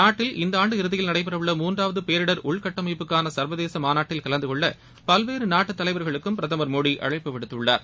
நாட்டில் இந்த ஆண்டு இறுதியில் நடைபெற உள்ள மூன்றாவது பேரிடர் உள்கட்டமைப்புக்கான சர்வதேச மாநாட்டில் கலந்துகொள்ள பல்வேறு நாட்டு தலைவர்களுக்கு பிரதமர் அழைப்பு விடுத்துள்ளார்